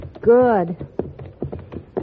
Good